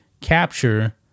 capture